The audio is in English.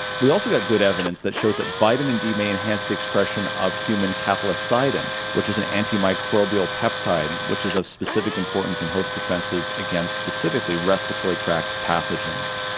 we also got good evidence that shows that vitamin d may enhance the expression of human cathelicidin, which is an antimicrobial peptide which is of specific importance in host defenses against, specifically, respiratory tract pathogens.